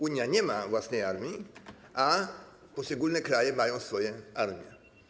Unia nie ma własnej armii, a poszczególne kraje mają swoje armie.